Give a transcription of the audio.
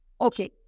okay